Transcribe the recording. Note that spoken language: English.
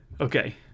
Okay